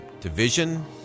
division